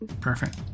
Perfect